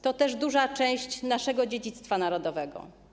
To też duża część naszego dziedzictwa narodowego.